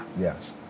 yes